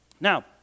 Now